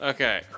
Okay